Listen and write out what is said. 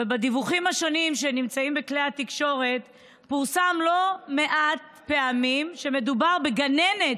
בדיווחים השונים שנמצאים בכלי התקשורת פורסם לא מעט פעמים שמדובר בגננת